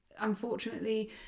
Unfortunately